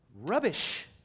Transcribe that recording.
Rubbish